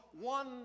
one